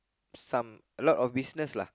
some a lot of business lah